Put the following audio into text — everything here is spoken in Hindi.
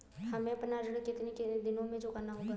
हमें अपना ऋण कितनी दिनों में चुकाना होगा?